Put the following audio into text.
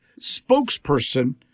spokesperson